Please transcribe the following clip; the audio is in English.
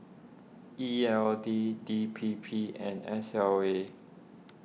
E L D D P P and S L A